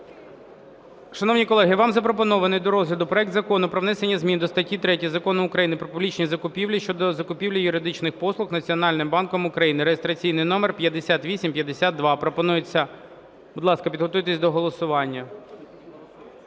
Шановні колеги, вам запропонований до розгляду проект Закону про внесення зміни до статті 3 Закону України "Про публічні закупівлі" щодо закупівлі юридичних послуг Національним банком України (реєстраційний номер 5852). Пропонується… Будь ласка, підготуйтесь до голосування.